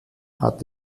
hat